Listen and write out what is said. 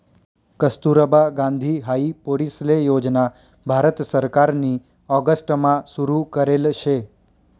कस्तुरबा गांधी हाई पोरीसले योजना भारत सरकारनी ऑगस्ट मा सुरु करेल शे